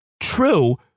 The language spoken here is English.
True